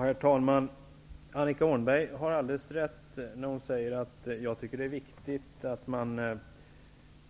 Herr talman! Annika Åhnberg har alldeles rätt när hon säger att jag tycker att det är viktigt att man